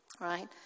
right